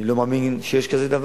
אני לא מאמין שיש דבר כזה.